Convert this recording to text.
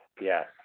Yes